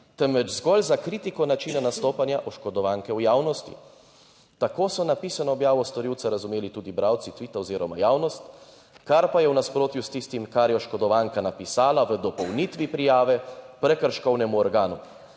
temveč zgolj za kritiko načina nastopanja oškodovanke v javnosti. Tako so na pisano objavo storilca razumeli tudi bralci tvita oziroma javnost, kar pa je v nasprotju s tistim, kar je oškodovanka napisala v dopolnitvi prijave prekrškovnemu organu.